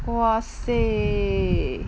!wah! seh